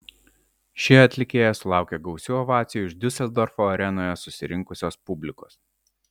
ši atlikėja sulaukė gausių ovacijų iš diuseldorfo arenoje susirinkusios publikos